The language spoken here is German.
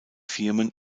firmen